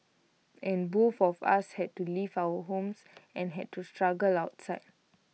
and both of us had to leave our homes and had to struggle outside